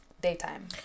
Daytime